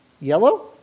Yellow